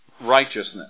righteousness